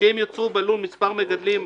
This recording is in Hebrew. שאם ייצרו בלול מספר מגדלים,